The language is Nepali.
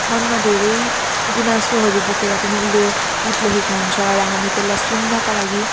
मनमा धेरै गुनासोहरू बोकेर पनि उसले गीत लेखेको हुन्छ र हामी त्यसलाई सुन्नका लागि